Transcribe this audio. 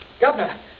Governor